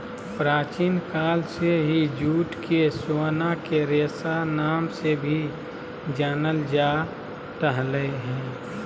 प्राचीन काल से ही जूट के सोना के रेशा नाम से भी जानल जा रहल हय